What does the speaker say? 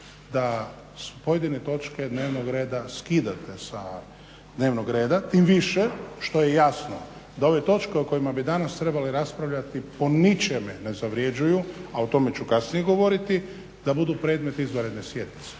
da pojedine točke dnevnog reda skidate sa dnevnog reda, tim više što je jasno da ove točke o kojima bi danas trebali raspravljati po ničemu ne zavređuju, a o tome ću kasnije govoriti, da budu predmet izvanredne sjednice.